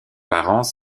parents